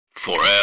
forever